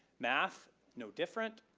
math, no different.